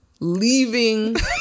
Leaving